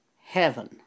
heaven